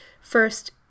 first